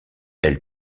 elle